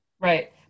Right